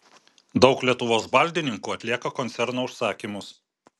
daug lietuvos baldininkų atlieka koncerno užsakymus